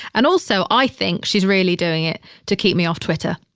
and also, i think she's really doing it to keep me off twitter.